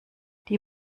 die